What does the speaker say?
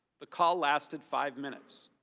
the call lasted five minutes.